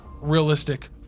realistic